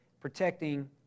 protecting